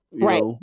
right